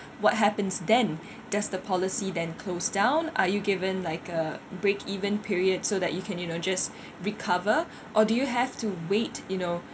what happens then does the policy then closed down are you given like a break even period so that you can you know just recover or do you have to wait you know